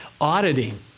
Auditing